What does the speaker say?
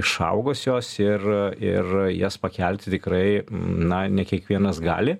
išaugusios ir ir jas pakelti tikrai na ne kiekvienas gali